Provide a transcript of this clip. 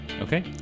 Okay